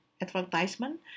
advertisement